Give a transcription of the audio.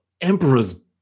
Emperor's